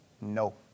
No